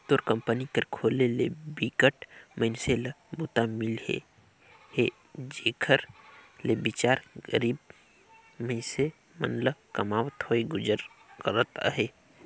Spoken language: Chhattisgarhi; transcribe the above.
तोर कंपनी कर खोले ले बिकट मइनसे ल बूता मिले हे जेखर ले बिचार गरीब मइनसे मन ह कमावत होय गुजर करत अहे